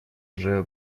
уже